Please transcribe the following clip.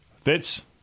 Fitz